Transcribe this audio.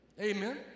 Amen